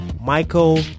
Michael